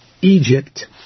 Egypt